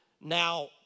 Now